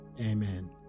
amen